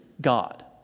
God